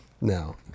no